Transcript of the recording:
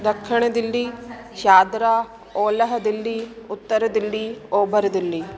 ॾखिण दिल्ली शादरा ओल्ह दिल्ली उत्तर दिल्ली ओभर दिल्ली